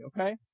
okay